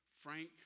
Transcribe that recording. Frank